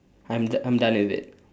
I'm I'm done with it